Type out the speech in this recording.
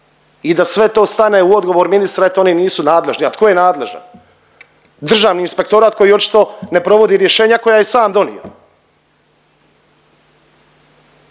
i da sve to stane u odgovor ministra eto oni nisu nadležni, a tko je nadležan? Državni inspektorat koji očito ne provodi rješenja koja je sam donio